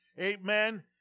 amen